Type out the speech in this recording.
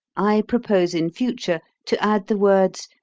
i propose in future to add the words,